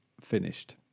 finished